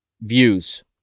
views